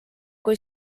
kui